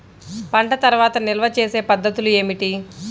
పంట తర్వాత నిల్వ చేసే పద్ధతులు ఏమిటి?